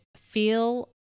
feel